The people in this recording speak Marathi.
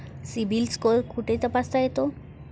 सिबिल स्कोअर कुठे तपासता येतो?